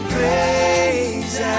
Praise